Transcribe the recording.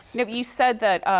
you know you said that,